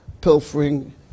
pilfering